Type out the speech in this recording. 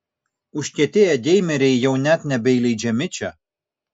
užkietėję geimeriai jau net nebeįleidžiami čia